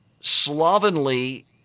slovenly